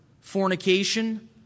fornication